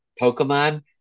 Pokemon